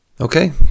Okay